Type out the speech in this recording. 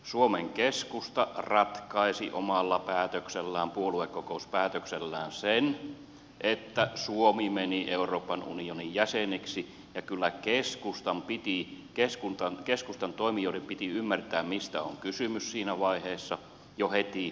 suomen keskusta ratkaisi omalla päätöksellään puoluekokouspäätöksellään sen että suomi meni euroopan unionin jäseneksi ja kyllä keskustan toimijoiden piti ymmärtää mistä on kysymys siinä vaiheessa jo heti